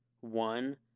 one